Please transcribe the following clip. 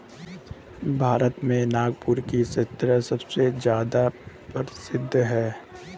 भारत में नागपुर के संतरे सबसे ज्यादा प्रसिद्ध हैं